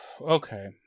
okay